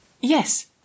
Yes